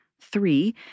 Three